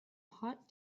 hot